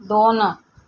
दोन